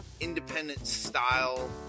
independent-style